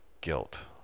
guilt